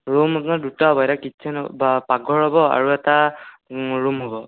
room আপোনাৰ দুটা হ'ব এটা কিটছেন হ'ব বা পাকঘৰ হ'ব আৰু এটা ৰুম হ'ব